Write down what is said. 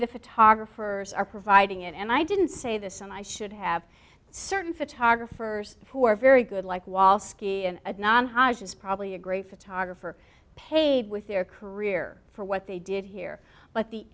the photographers are providing it and i didn't say this and i should have certain photographers who are very good like wall ski and a non hodge's probably a great photographer paid with their career for what they did here but the